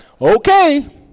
Okay